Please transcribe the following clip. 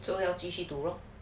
so 要继续读 lor